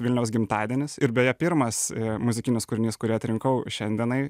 vilniaus gimtadienis ir beje pirmas muzikinis kūrinys kurį atrinkau šiandienai